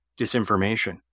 disinformation